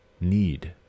need